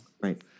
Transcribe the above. Right